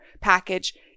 package